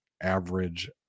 average